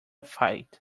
fight